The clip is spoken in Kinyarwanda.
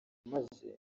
maze